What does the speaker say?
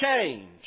change